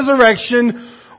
resurrection